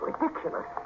ridiculous